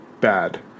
bad